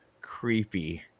creepy